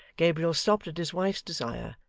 gabriel stopped at his wife's desire,